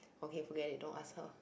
okay forget it don't ask her